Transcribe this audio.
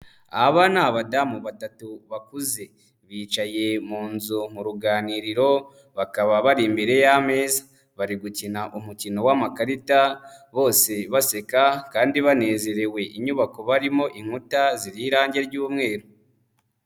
Aba aba ni abadamu batatu bakuze, bicaye mu nzu mu ruganiriro, bakaba bari imbere y'ameza, bari gukina umukino w'amakarita bose baseka kandi banezerewe, inyubako barimo inkuta ziriho irangi ry'umweru.